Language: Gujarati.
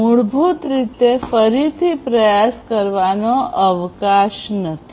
મૂળભૂત રીતે ફરીથી પ્રયાસ કરવાનો અવકાશ નથી